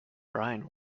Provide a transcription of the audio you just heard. brian